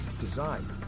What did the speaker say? design